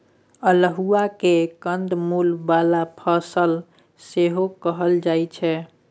अल्हुआ केँ कंद मुल बला फसल सेहो कहल जाइ छै